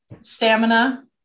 stamina